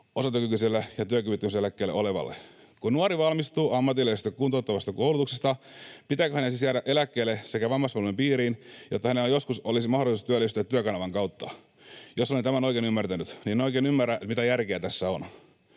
osatyökykyiselle ja työkyvyttömyyseläkkeellä olevalle. Kun nuori valmistuu ammatillisesta kuntouttavasta koulutuksesta, pitääkö hänen siis jäädä eläkkeelle sekä vammaispalveluiden piiriin, jotta hänellä joskus olisi mahdollisuus työllistyä Työkanavan kautta? Jos olen tämän oikein ymmärtänyt, niin en oikein ymmärrä, mitä järkeä tässä on.